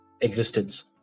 existence